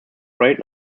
great